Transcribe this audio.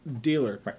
dealer